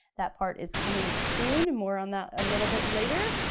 that part is coming soon, more on that a little bit later,